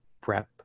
prep